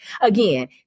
Again